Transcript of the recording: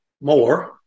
more